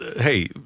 hey